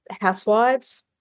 Housewives